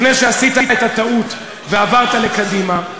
לפני שעשית את הטעות ועברת לקדימה,